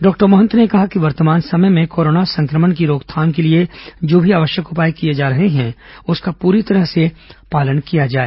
doctor Mahant ने कहा कि वर्तमान समय में कोरोना संक्रमण की रोकथाम के लिए जो भी आवश्यक उपाय किए जा रहे हैं उसका पूरी तरह पालन किया जाए